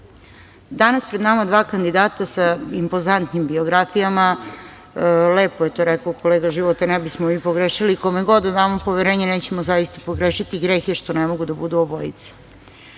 pred nama dva kandidata, sa impozantnim biografijama. Lepo je to rekao kolega Života, ne bismo pogrešili, kome god da damo poverenje, nećemo zaista pogrešiti, greh je što ne mogu da budu obojica. Zato